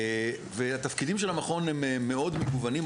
והתפקידים של המכון הם מאוד מגוונים,